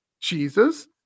Jesus